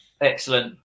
excellent